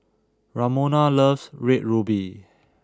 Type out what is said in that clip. Ramona loves red ruby